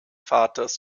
vaters